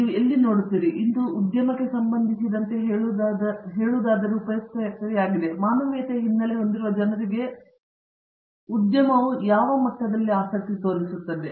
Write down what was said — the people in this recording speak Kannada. ನೀವು ಎಲ್ಲಿ ನೋಡುತ್ತೀರಿ ಇದು ಉದ್ಯಮಕ್ಕೆ ಸಂಬಂಧಿಸಿದಂತೆ ಹೇಳುವುದಾದರೆ ಉಪಯುಕ್ತತೆಯಾಗಿದೆ ಮಾನವೀಯತೆಯ ಹಿನ್ನೆಲೆ ಹೊಂದಿರುವ ಜನರಿಗೆ ಉದ್ಯಮವು ಯಾವ ಮಟ್ಟದಲ್ಲಿ ಆಸಕ್ತಿ ತೋರಿಸುತ್ತದೆ